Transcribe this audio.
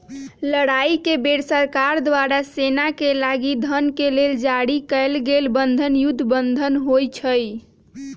लड़ाई के बेर सरकार द्वारा सेनाके लागी धन के लेल जारी कएल गेल बन्धन युद्ध बन्धन होइ छइ